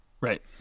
right